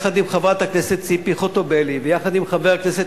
יחד עם חברת הכנסת ציפי חוטובלי ויחד עם חבר הכנסת